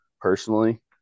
personally